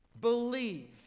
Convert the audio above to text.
believe